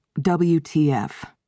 WTF